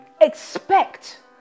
Expect